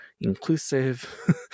inclusive